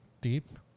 deep